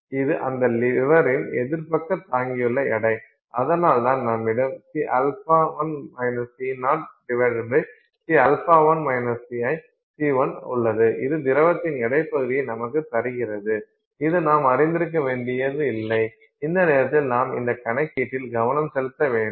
இது அந்த லிவரின் எதிர் பக்க தாங்கியுள்ள எடை அதனால்தான் நம்மிடம் Cα1 C0 Cα1 Cl உள்ளது இது திரவத்தின் எடைப் பகுதியை நமக்குத் தருகிறது இது நாம் அறிந்திருக்க வேண்டியது இல்லை இந்த நேரத்தில் நாம் இந்த கணக்கீட்டில் கவனம் செலுத்த வேண்டும்